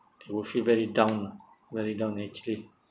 you will feel very down lah very down actually